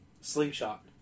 slingshot